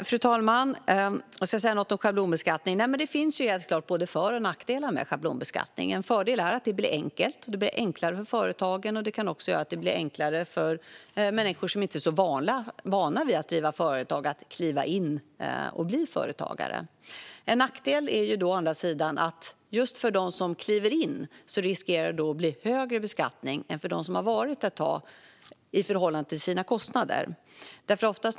Fru talman! Det finns helt klart både för och nackdelar med schablonbeskattning. En fördel är att det blir enkelt. Det blir enklare för företagen, och det kan också bli enklare för människor som inte är så vana att driva företag att kliva in och bli företagare. En nackdel är å andra sidan att beskattningen just för dem som kliver in riskerar att bli högre i förhållande till kostnaderna än för dem som varit företagare ett tag.